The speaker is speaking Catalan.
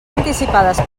anticipades